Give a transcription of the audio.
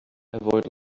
avoid